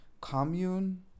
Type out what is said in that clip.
commune